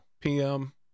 PM